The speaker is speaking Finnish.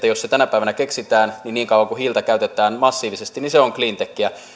jos se tänä päivänä keksittäisiin eli niin kauan kuin hiiltä käytetään massiivisesti se on cleantechiä